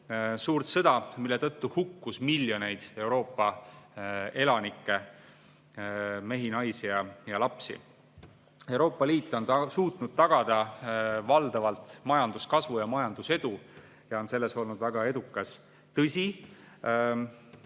suurt sõda, mille tõttu hukkus miljoneid Euroopa elanikke, mehi, naisi ja lapsi. Euroopa Liit on suutnud tagada valdavalt majanduskasvu ja majandusedu ja on selles olnud väga edukas. Tõsi,